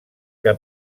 que